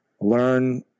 learn